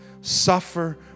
Suffer